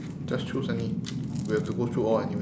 just choose any we have to go through all anyway